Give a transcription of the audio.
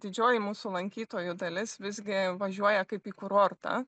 didžioji mūsų lankytojų dalis visgi važiuoja kaip į kurortą